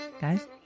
Guys